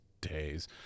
days